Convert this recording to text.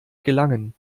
gelangen